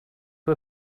who